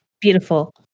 Beautiful